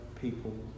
people